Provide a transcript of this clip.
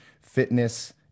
fitness